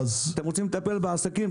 אתם רוצים לטפל בעסקים?